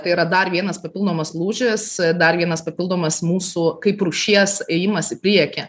tai yra dar vienas papildomas lūžis dar vienas papildomas mūsų kaip rūšies ėjimas į priekį